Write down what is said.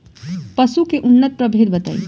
पशु के उन्नत प्रभेद बताई?